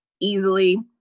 easily